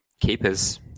keepers